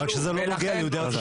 רק שזה לא נוגע להם.